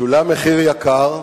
שולם מחיר יקר,